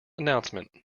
announcement